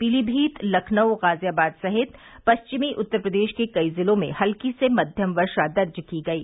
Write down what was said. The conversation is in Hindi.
पीलीभीत लखनऊ गाजियाबाद सहित पश्चिमी उत्तर प्रदेश के कई जिलों में हल्की से मध्यम वर्षा दर्ज की गयी